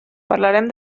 parlarem